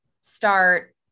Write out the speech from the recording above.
start